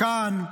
כאן.